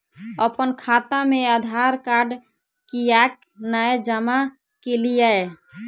अप्पन खाता मे आधारकार्ड कियाक नै जमा केलियै?